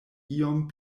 iom